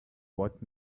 what